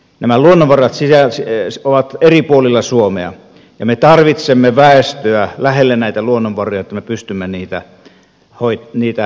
nämä luonnonvarat ovat eri puolilla suomea ja me tarvitsemme väestöä lähelle näitä luonnonvaroja että me pystymme niitä hyödyntämään